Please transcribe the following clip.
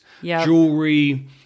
jewelry